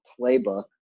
playbook